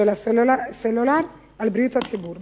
של הסלולר על בריאות הציבור.